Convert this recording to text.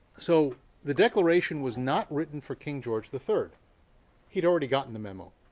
so the declaration was not written for king george the third. he had already gotten the memo